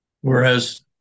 Whereas